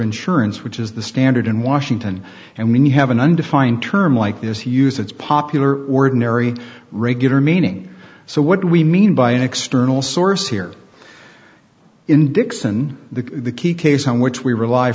insurance which is the standard in washington and when you have an undefined term like this use it's popular ordinary regular meaning so what we mean by an external source here in dickson the key case on which we rel